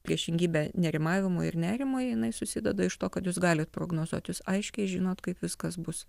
priešingybė nerimavimui ir nerimui jinai susideda iš to kad jūs galit prognozuot jūs aiškiai žinot kaip viskas bus